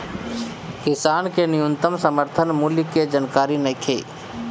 किसान के न्यूनतम समर्थन मूल्य के जानकारी नईखे